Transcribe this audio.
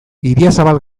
idiazabal